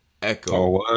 echo